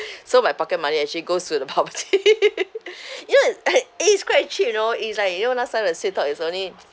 so my pocket money actually goes to the bubble tea ya eh it's quite cheap you know it's like you know last time the sweettalk is only